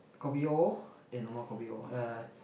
kopi o and normal kopi o uh